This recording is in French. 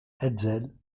hetzel